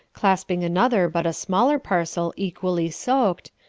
clasping another but a smaller parcel equally soaked,